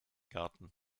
garten